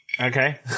Okay